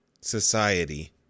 society